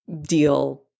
deal